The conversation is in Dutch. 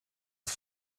het